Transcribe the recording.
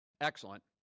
Excellent